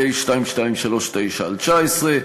פ/2239/19.